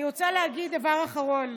אני רוצה להגיד דבר אחרון